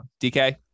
DK